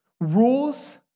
Rules